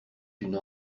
une